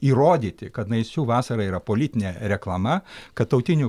įrodyti kad naisių vasara yra politinė reklama kad tautinių